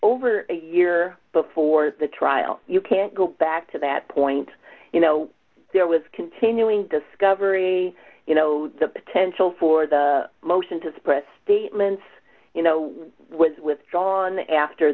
over a year before the trial you can't go back to that point you know there was continuing discovery you know the potential for the motion to suppress statements you know was withdrawn after